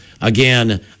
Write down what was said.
Again